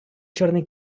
чорний